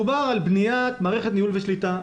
מדובר על בניית מערכת ניהול ושליטה.